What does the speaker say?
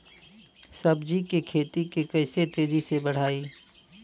सब्जी के खेती के कइसे तेजी से बढ़ाई?